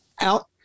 out-